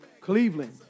Cleveland